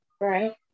Right